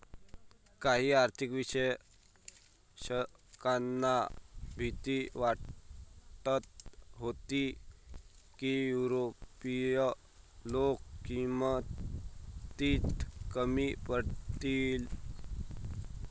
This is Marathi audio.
काही आर्थिक विश्लेषकांना भीती वाटत होती की युरोपीय लोक किमतीत कमी पडतील